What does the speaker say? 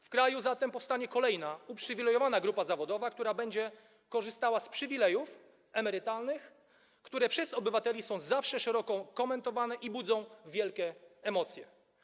W kraju zatem powstanie kolejna uprzywilejowana grupa zawodowa korzystająca z przywilejów emerytalnych, które przez obywateli są zawsze szeroko komentowane i budzą wielkie emocje.